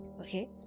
okay